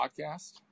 podcast